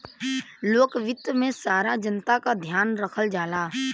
लोक वित्त में सारा जनता क ध्यान रखल जाला